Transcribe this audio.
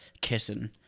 kissing